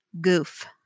Goof